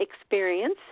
experience